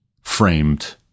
framed